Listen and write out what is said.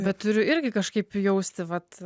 bet turiu irgi kažkaip jausti vat